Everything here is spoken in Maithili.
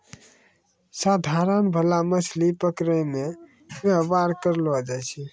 साधारण भाला मछली पकड़ै मे वेवहार करलो जाय छै